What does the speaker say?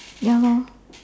ya lor